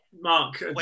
Mark